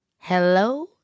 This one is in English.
Hello